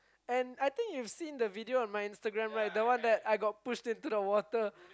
and I think you've seen the video on my Instagram right the one I got pushed into the water